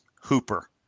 Hooper